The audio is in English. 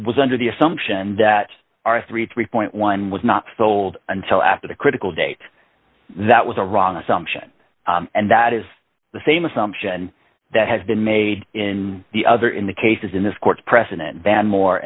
was under the assumption that our thirty three point one was not sold until after the critical date that was a wrong assumption and that is the same assumption that has been made in the other in the cases in this court precedent than more